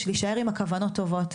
להישאר עם הכוונות הטובות,